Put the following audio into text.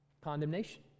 condemnation